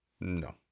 no